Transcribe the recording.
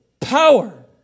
power